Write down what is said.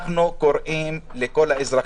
אנחנו קוראים לכל האזרחים,